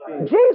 Jesus